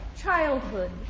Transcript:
Childhood